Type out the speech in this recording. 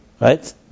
Right